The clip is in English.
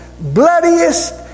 bloodiest